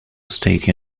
state